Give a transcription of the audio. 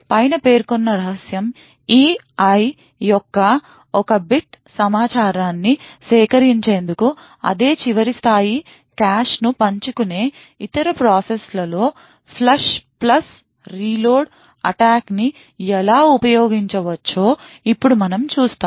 పైన పేర్కొన్న రహస్యం E i యొక్క ఒక బిట్ సమాచారాన్ని సేకరించేందుకు అదే చివరి స్థాయి కాష్ను పంచుకునే ఇతర ప్రాసెస్లో ఫ్లష్ ప్లస్ రీలోడ్ అటాక్ ని ఎలా ఉపయోగించవచ్చో ఇప్పుడు మనం చూస్తాము